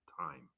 time